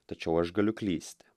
tačiau aš galiu klysti